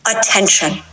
Attention